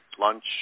lunch